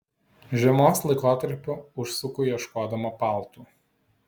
žiemos laikotarpiu užsuku ieškodama paltų